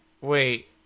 Wait